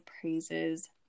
praises